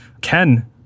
Ken